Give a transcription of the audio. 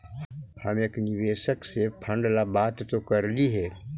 हम एक निवेशक से फंड ला बात तो करली हे